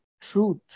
truth